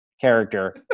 character